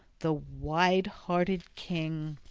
the wide-hearted king